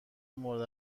مورد